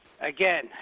Again